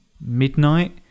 midnight